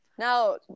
Now